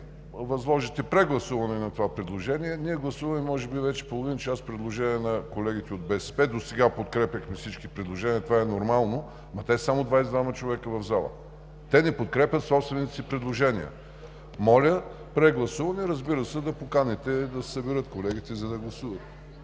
възложите прегласуване на това предложение. Ние вече може би половин час гласуваме предложенията на колегите от БСП. Досега подкрепяхме всички предложения – това е нормално, но те са само 22 човека в залата. Те не подкрепят собствените си предложения. Моля, прегласуване. Разбира се, поканете колегите да се съберат, за да гласуват.